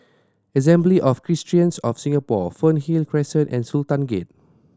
Assembly of Christians of Singapore Fernhill Crescent and Sultan Gate